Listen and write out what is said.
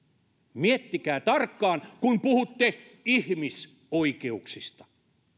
miettikää tarkkaan kun puhutte ihmisoikeuksista